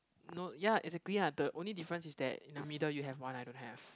no ya exactly ah the only difference is that in the middle you have one I don't have